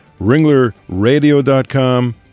ringlerradio.com